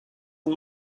and